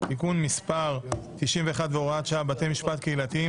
(תיקון מס' 91 והוראת שעה) (בתי משפט קהילתיים),